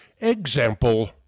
Example